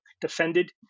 defended